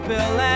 Bill